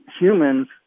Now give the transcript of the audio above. humans